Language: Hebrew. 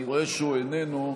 אני רואה שהוא איננו.